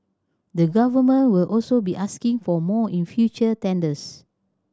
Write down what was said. the Government will also be asking for more in future tenders